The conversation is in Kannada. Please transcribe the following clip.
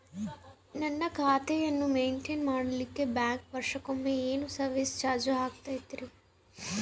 ನನ್ನ ಖಾತೆಯನ್ನು ಮೆಂಟೇನ್ ಮಾಡಿಲಿಕ್ಕೆ ಬ್ಯಾಂಕ್ ವರ್ಷಕೊಮ್ಮೆ ಏನು ಸರ್ವೇಸ್ ಚಾರ್ಜು ಹಾಕತೈತಿ?